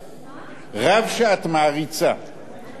אני לא מעריצה.